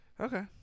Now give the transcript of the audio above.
Okay